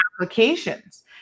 applications